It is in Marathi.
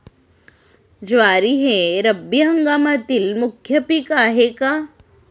ज्वारी हे रब्बी हंगामातील मुख्य पीक आहे का?